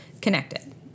connected